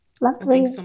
Lovely